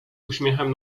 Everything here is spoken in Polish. uśmiechem